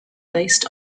based